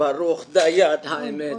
ברוך דיין האמת.